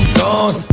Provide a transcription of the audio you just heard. gone